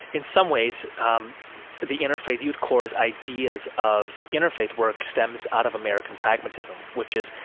in some ways, um the interfaith youth core's ideas of interfaith work stems out of american pragmatism, which is,